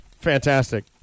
Fantastic